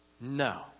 No